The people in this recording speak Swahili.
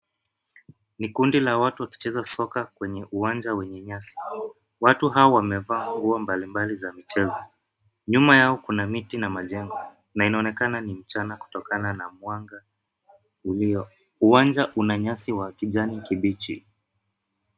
Ni kundi la watu wakicheza soka kwenye uwanja wenye nyasi. Watu hawa wamevaa nguo mbalimbali za michezo. Nyuma yao kuna miti na majengo, na inaonekana ni mchana kutokana na mwanga ulio. Uwanja una nyasi wa kijani kibichi.